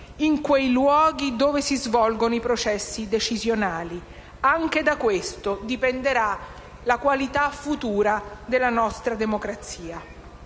in quei luoghi dove si svolgono i processi decisionali. Anche da questo dipenderà la qualità futura della nostra democrazia.